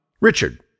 Richard